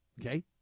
Okay